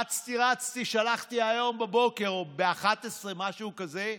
אצתי-רצתי, שלחתי היום בבוקר, ב-11:00, משהו כזה,